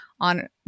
on